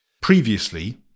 Previously